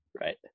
right